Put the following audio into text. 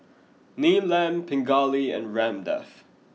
Neelam Pingali and Ramdev